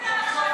תתביישי לך.